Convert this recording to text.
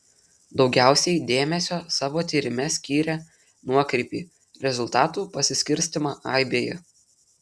daugiausiai dėmesio savo tyrime skyrė nuokrypį rezultatų pasiskirstymą aibėje